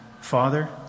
Father